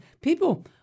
people